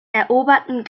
eroberten